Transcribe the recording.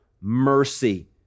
mercy